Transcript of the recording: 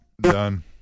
Done